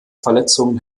verletzungen